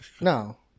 No